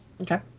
Okay